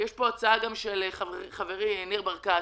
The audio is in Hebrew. יש פה הצעה של חברי ניר ברקת,